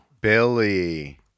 Billy